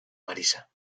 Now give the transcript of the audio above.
marisa